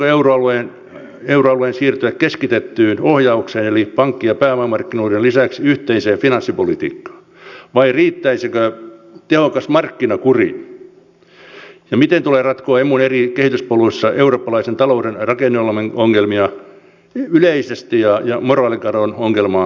tulisiko euroalueen siirtyä keskitettyyn ohjaukseen eli pankki ja pääomamarkkinoiden lisäksi yhteiseen finanssipolitiikkaan vai riittäisikö tehokas markkinakuri ja miten tulee ratkoa emun eri kehityspoluissa eurooppalaisen talouden rakenneongelmia yleisesti ja moraalikadon ongelmaa erityisesti